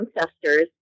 ancestors